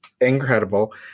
incredible